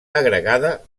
agregada